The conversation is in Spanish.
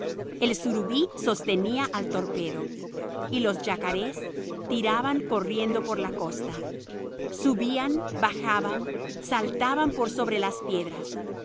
el surubí sostenía el torpedo y los yacarés tiraban corriendo por la costa subían bajaban saltaban por sobre las piedras